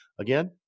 Again